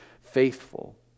faithful